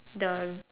the